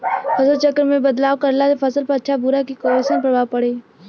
फसल चक्र मे बदलाव करला से फसल पर अच्छा की बुरा कैसन प्रभाव पड़ी?